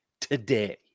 today